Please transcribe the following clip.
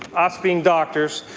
us being doctors,